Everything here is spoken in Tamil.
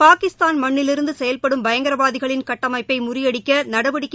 பாகிஸ்தாள் மண்ணிலிருந்து செயல்படும் பயங்கரவாதிகளின் கட்டமைப்பை முறியடிக்க நடவடிக்கை